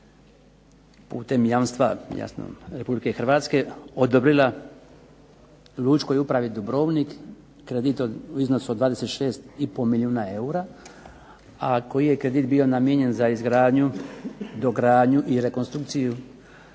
putem jamstva jasno Republike Hrvatske odobrila Lučkoj upravi Dubrovnik kredit u iznosu od 26 i pol milijuna eura, a koji je kredit bio namijenjen za izgradnju, dogradnju i rekonstrukciju